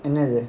என்னது:ennathu